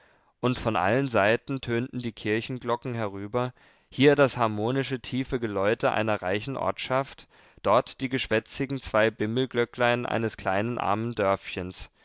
und von allen seiten tönten die kirchenglocken herüber hier das harmonische tiefe geläute einer reichen ortschaft dort die geschwätzigen zwei bimmelglöcklein eines kleinen armen